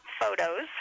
photos